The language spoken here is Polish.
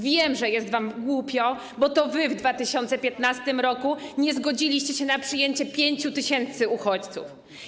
Wiem, że jest wam głupio, bo to wy w 2015 r. nie zgodziliście się na przyjęcie 5 tys. uchodźców.